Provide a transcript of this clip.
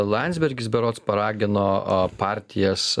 landsbergis berods paragino partijas